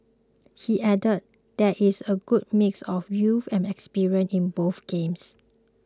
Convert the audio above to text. he added there is a good mix of youth and experience in both games